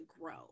grow